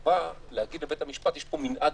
הוא בא להגיד לבית המשפט: יש פה מנעד